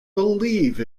believe